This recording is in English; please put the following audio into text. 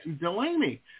Delaney